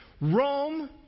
Rome